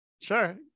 Sure